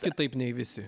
kitaip nei visi